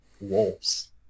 wolves